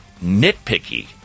nitpicky